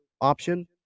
option